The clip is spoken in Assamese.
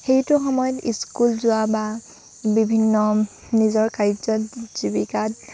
সেইটো সময়ত স্কুল যোৱা বা বিভিন্ন নিজৰ কাৰ্যত জীৱিকাত